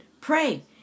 pray